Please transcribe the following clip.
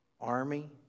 army